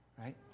right